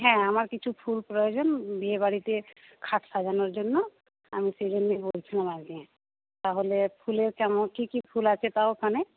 হ্যাঁ আমার কিছু ফুল প্রয়োজন বিয়েবাড়িতে খাট সাজানোর জন্য আমি সেজন্যে বলছিলাম আর কি তাহলে ফুলের কেমন কী কী ফুল আছে তা ওখানে